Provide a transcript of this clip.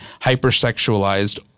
hypersexualized